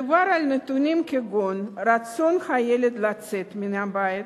מדובר על נתונים כגון רצון הילד לצאת מן הבית,